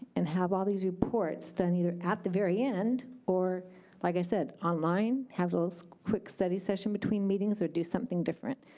and have all these reports done either at the very end, or like i said online. have quick study session between meetings, or do something different.